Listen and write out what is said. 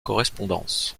correspondance